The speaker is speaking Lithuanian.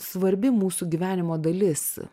svarbi mūsų gyvenimo dalis